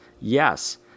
Yes